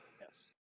Yes